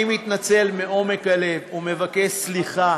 אני מתנצל מעומק הלב ומבקש סליחה